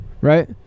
right